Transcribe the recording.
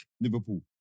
Liverpool